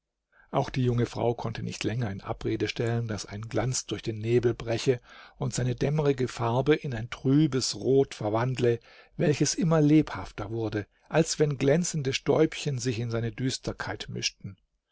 auch die junge frau konnte nicht länger in abrede stellen daß ein glanz durch den nebel breche und seine dämmerige farbe in ein trübes rot verwandle welches immer lebhafter wurde als wenn glänzende stäubchen sich in seine düsterkeit mischten